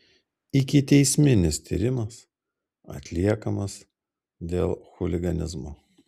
ikiteisminis tyrimas atliekamas dėl chuliganizmo